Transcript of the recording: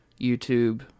YouTube